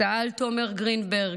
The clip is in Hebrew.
סגן אלוף תומר גרינברג,